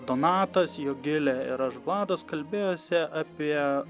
donatas jogilė ir aš vladas kalbėjosi apie